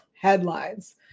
headlines